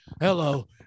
hello